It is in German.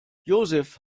josef